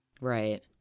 Right